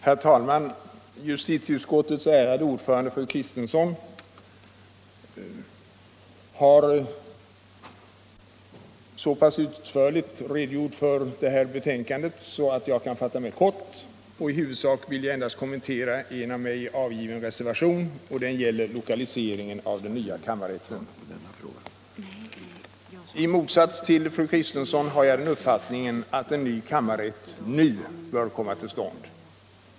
Herr talman! Justitieutskottets ärade ordförande, fru Kristensson, har så pass utförligt redogjort för justitieutskottets betänkanden att jag kan fatta mig kort. I huvudsak vill jag kommentera en av mig till betänkandet nr 35 avgiven reservation, som gäller lokaliseringen av den nya kammarrätten. I motsats till fru Kristensson har jag den uppfattningen att en ny kammarrätt nu bör komma till stånd.